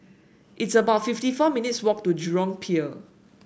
it's about fifty four minutes' walk to Jurong Pier